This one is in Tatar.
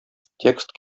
текст